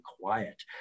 quiet